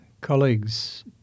colleagues